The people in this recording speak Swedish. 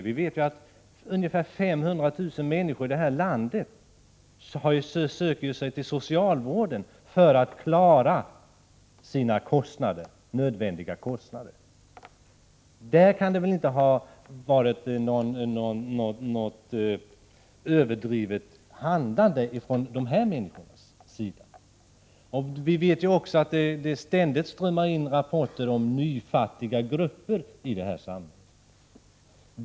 Vi vet ju att ungefär 500 000 människor här i landet söker sig till socialvården för att klara sina nödvändiga kostnader. Från deras sida kan det väl inte ha varit något överdrivet handlande. Vi vet också att det ständigt strömmar in rapporter om nyfattiga grupper här i samhället.